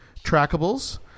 trackables